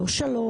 לא שלוש